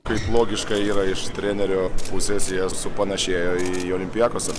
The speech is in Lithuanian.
kaip logiška yra iš trenerio pusės jie supanašėjo į olimpiakosą